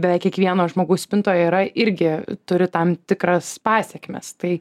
beveik kiekvieno žmogaus spintoj yra irgi turi tam tikras pasekmes tai